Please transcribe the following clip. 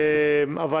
אבל